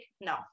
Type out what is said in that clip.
no